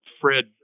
Fred